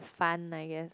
fun I guess